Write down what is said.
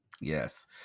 Yes